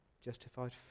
justified